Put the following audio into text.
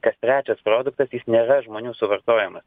kas trečias produktas jis nėra žmonių suvartojamas